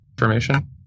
information